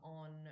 on